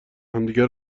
همدیگه